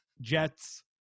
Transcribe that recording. Jets